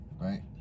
Right